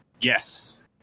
yes